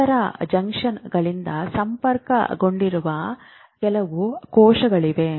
ಅಂತರ ಜಂಕ್ಷನ್ಗಳಿಂದ ಸಂಪರ್ಕಗೊಂಡಿರುವ ಕೆಲವು ಕೋಶಗಳಿವೆ